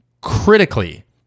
critically